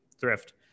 thrift